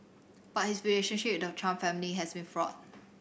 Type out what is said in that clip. but his relationship with the Trump family has been fraught